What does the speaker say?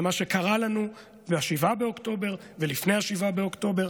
במה שקרה לנו ב-7 באוקטובר ולפני 7 באוקטובר.